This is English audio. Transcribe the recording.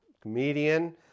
comedian